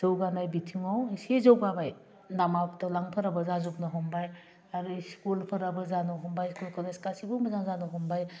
जौगानाय बिथिङाव एसे जौगाबाय लामा दलांफोराबो जाजोबनो हमबाय आरो इस्कुलफोराबो जानो हमबाय स्कुल कलेज गासिबो मोजां जानो हमबाय